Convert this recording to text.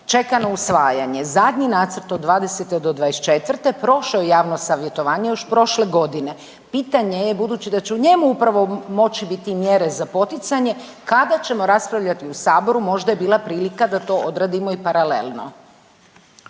čeka na usvajanje. Zadnji nacrt od '20. do '24., prošao je javno savjetovanje, još prošle godine. Pitanje je, budući da će u njemu upravo moći biti mjere za poticanje, kada ćemo raspravljati u Saboru, možda je bila prilika da to odradimo i paralelno.